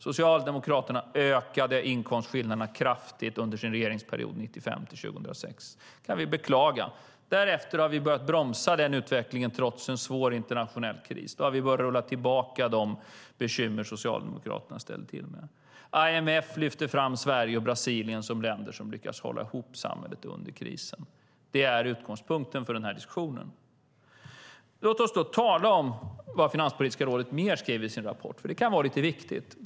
Socialdemokraterna ökade inkomstskillnaderna kraftigt under sin regeringsperiod 1995-2006. Det kan vi beklaga. Därefter har vi börjat bromsa den utvecklingen trots en svår internationell kris. Vi har rullat tillbaka de bekymmer Socialdemokraterna ställde till med. IMF lyfter fram Sverige och Brasilien som länder som lyckats hålla ihop samhället under krisen. Det är utgångspunkten för den här diskussionen. Låt oss tala om vad Finanspolitiska rådet mer skriver i sin rapport. Det kan vara lite viktigt.